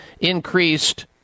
increased